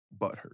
butthurt